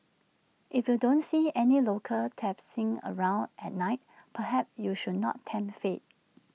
if you don't see any locals traipsing around at night perhaps you should not tempt fate